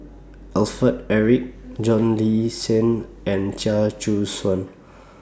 Alfred Eric John Le Cain and Chia Choo Suan